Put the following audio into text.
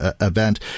event